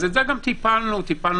אז זה גם טיפלנו נקודתית,